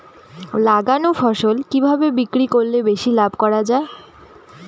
লাগানো ফসল কিভাবে বিক্রি করলে বেশি লাভ করা যায়?